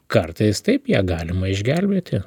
kartais taip ją galima išgelbėti